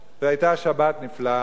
והיתה שבת נפלאה